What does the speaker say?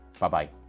buh-bye.